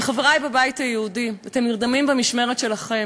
וחברי בבית היהודי, אתם נרדמים במשמרת שלכם.